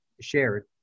shared